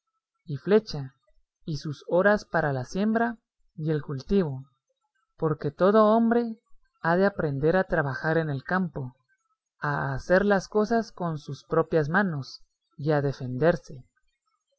y flecha y sus horas para la siembra y el cultivo porque todo hombre ha de aprender a trabajar en el campo a hacer las cosas con sus propias manos y a defenderse